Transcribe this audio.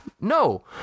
No